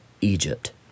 Egypt